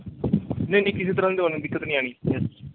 ਨਹੀਂ ਨਹੀਂ ਕਿਸੇ ਤਰ੍ਹਾਂ ਦੀ ਤੁਹਾਨੂੰ ਦਿੱਕਤ ਨਹੀਂ ਆਉਣੀ ਇਸ 'ਚ